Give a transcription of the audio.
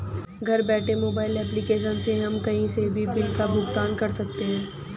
घर बैठे mobile application से हम कही से भी बिल का भुगतान कर सकते है